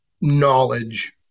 knowledge